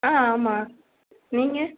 ஆ ஆமாம் நீங்கள்